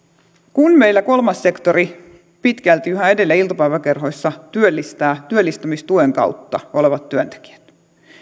kun meillä kolmas sektori pitkälti yhä edelleen iltapäiväkerhoissa työllistää työllistämistuen kautta olevat työntekijät